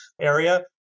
area